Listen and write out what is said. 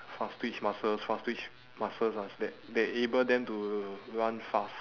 fast twitch muscles fast twitch muscles ah so that they able them to run fast